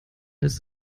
ist